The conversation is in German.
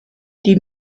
die